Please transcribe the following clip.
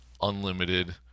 unlimited